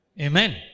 Amen